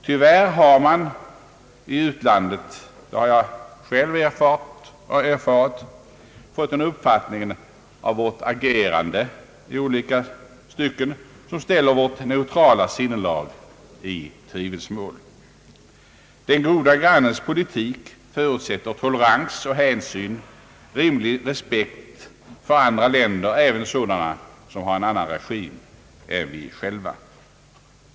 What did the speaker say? Tyvärr har man i utlandet — det har jag själv erfarit — fått en uppfattning av vårt agerande i olika stycken som ställer vårt neutrala sinnelag i tvivelsmål. Den goda grannens politik förutsätter tolerans, hänsyn och rimlig respekt för andra länder, även sådana som har en annan form av regim än vi själva.